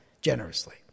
Generously